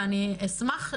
ואני אשמח,